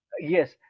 Yes